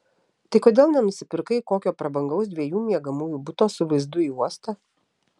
tai kodėl nenusipirkai kokio prabangaus dviejų miegamųjų buto su vaizdu į uostą